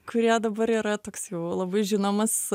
kurie dabar yra toks jau labai žinomas